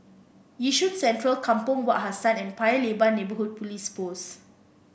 Yishun Central Kampong Wak Hassan and Paya Lebar Neighbourhood Police Post